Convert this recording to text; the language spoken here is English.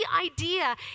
idea